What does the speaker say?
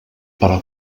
però